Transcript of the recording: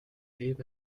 lebe